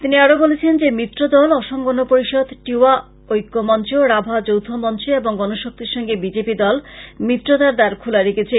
তিনি আরো বলেছেন যে মিত্র দল অসম গন পরিষদ টিওয়া ঐক্য মঞ্চ রাভা যৌথ মঞ্চ ও গনশক্তির সঙ্গে বিজেপি দল মিত্রতার দ্বার খোলা রেখেছে